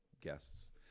guests